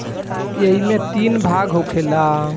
ऐइमे तीन भाग होखेला